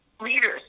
leaders